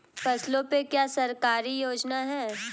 फसलों पे क्या सरकारी योजना है?